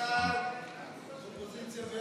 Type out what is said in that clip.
אני מדבר עכשיו על השר